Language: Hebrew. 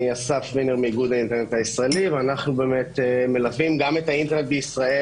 אני מאיגוד האינטרנט הישראלי ואנחנו מלווים גם את האינטרנט בישראל